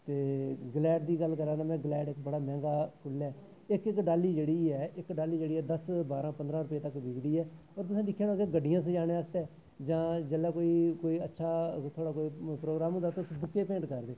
ते ग्लैड़ दी गल्ल करां ते में ग्लैड़ इक बड़ा मैंह्गा फुल्ल ऐ इक इक डाल्ली जेह्ड़ी ऐ इक डाल्ली जेह्ड़ी ऐ दस्स बारां पंदरां रपेऽ तक्कर बिकदी ऐ और तुसें दिक्खेआ होना कि गड्डियां सजाने आस्तै जां जेल्लै कोई अच्छा अगर थुआढ़ा कोई प्रोग्राम होंदा तुस बुक्कें भेंट करदे